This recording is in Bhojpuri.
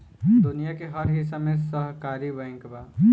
दुनिया के हर हिस्सा में सहकारी बैंक बा